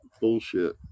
bullshit